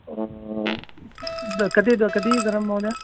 कति कति धनं महोदय